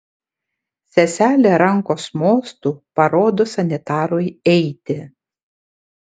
seselė rankos mostu parodo sanitarui eiti